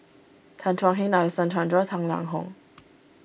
Tan Thuan Heng Nadasen Chandra and Tang Liang Hong